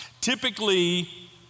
Typically